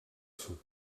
sud